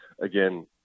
Again